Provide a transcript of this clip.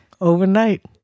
overnight